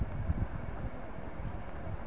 कृषि कार्य के लिए सरकार से हमें कोई ऋण मिल सकता है?